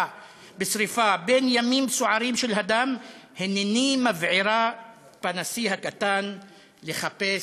בשרפה / בין ימים סוערים של הדם / הנני מבעירה פנסי הקטן / לחפש,